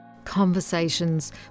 conversations